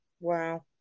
Wow